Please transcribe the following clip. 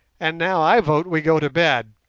and now i vote we go to bed.